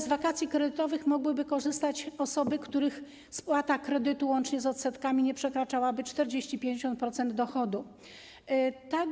Z wakacji kredytowych mogłyby korzystać osoby, w przypadku których spłata kredytu łącznie z odsetkami przekraczałaby 40-50% dochodu.